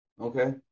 Okay